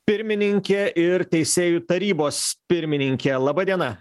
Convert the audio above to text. pirmininkė ir teisėjų tarybos pirmininkė laba diena